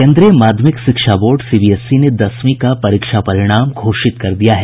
केंद्रीय माध्यमिक शिक्षा board C B S E ने दसवीं का परीक्षा परिणाम घोषित कर दिया है